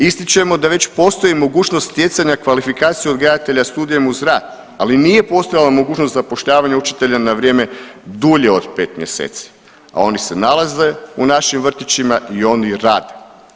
Ističemo da već postoji mogućnost stjecanja kvalifikacije odgajatelja studijem uz rad, ali nije postojala mogućnost zapošljavanja učitelja na vrijeme dulje od pet mjeseci, a oni se nalaze u našim vrtićima i oni rade.